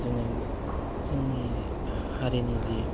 जोङो जोंनि हारिनि जि